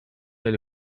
del